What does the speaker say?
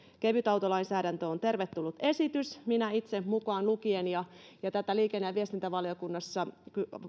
kevytautolainsäädäntö on tervetullut esitys minä itse mukaan lukien tätä liikenne ja viestintävaliokunnassa